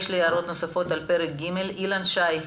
יש הערות נוספות על פרק ג' של אילן שי.